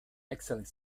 excellent